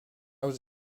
was